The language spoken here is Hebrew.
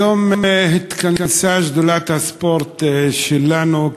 היום התכנסה שדולת הספורט שלנו.